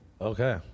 Okay